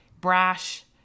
brash